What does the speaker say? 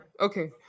Okay